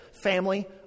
family